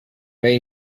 may